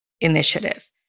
initiative